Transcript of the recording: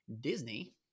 Disney